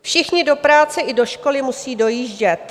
Všichni do práce i do školy musí dojíždět.